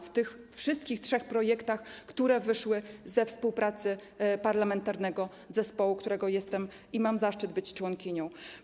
W tych wszystkich trzech projektach, które wyszły ze współpracy parlamentarnego zespołu, którego jestem i mam zaszczyt być członkinią.